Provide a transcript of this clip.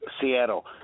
Seattle